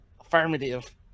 Affirmative